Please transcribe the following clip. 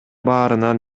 баарынан